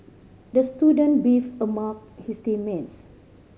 the student beefed his team mates